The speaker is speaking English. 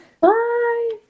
Bye